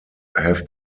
have